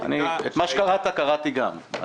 הבדיקה --- את מה שקראת קראתי גם.